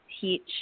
teach